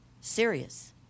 Serious